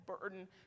burden